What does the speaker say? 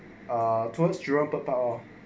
uh towards children bird park loh